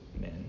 men